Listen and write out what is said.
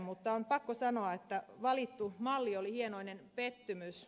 mutta on pakko sanoa että valittu malli oli hienoinen pettymys